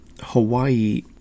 Hawaii